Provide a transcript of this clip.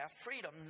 freedom